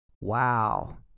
Wow